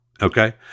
okay